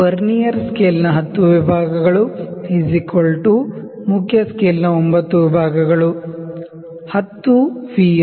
vernier ಸ್ಕೇಲ್ನ 10 ವಿಭಾಗಗಳು main scale ನ 9 ವಿಭಾಗಗಳು 10 divisions of Vernier Scale V